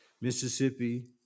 Mississippi